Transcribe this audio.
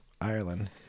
Ireland